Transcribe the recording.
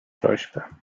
prośbę